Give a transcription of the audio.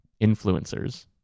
influencers